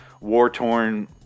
war-torn